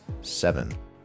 Seven